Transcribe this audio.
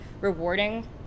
rewarding